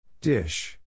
Dish